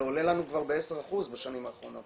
זה עולה לנו כבר ב-10% בשנים האחרונות.